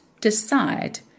decide